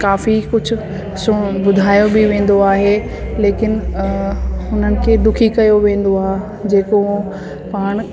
काफ़ी कुझु सु ॿुधायो बि वेंदो आहे लेकिन अ हुननि खे दुखी कयो वेंदो आहे जेको पाण